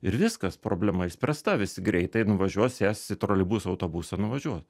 ir viskas problema išspręsta visi greitai nuvažiuos sės į troleibusą autobusą ir nuvažiuos